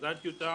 זה עדיין טיוטה,